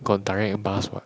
got direct bus what